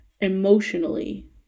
emotionally